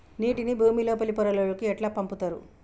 నీటిని భుమి లోపలి పొరలలోకి ఎట్లా పంపుతరు?